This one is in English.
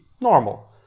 normal